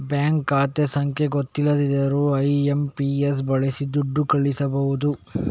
bank ಖಾತೆ ಸಂಖ್ಯೆ ಗೊತ್ತಿಲ್ದಿದ್ರೂ ಐ.ಎಂ.ಪಿ.ಎಸ್ ಬಳಸಿ ದುಡ್ಡು ಕಳಿಸ್ಬಹುದು